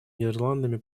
нидерландами